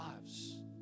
lives